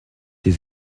les